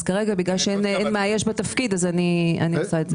כרגע, בגלל שהתפקיד לא מאויש, אני עושה את זה.